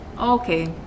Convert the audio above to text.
Okay